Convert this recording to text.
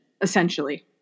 essentially